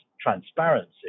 transparency